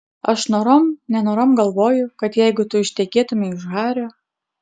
aš norom nenorom galvoju kad jeigu tu ištekėtumei už hario